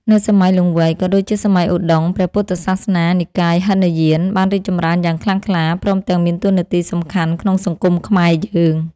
នៅសម័យលង្វែកក៏ដូចជាសម័យឧត្តុង្គ ព្រះពុទ្ធសាសនានិកាយហីនយានបានរីកចម្រើនយ៉ាងខ្លាំងក្លា ព្រមទាំងមានតួនាទីសំខាន់ក្នុងសង្គមខ្មែរយើង ។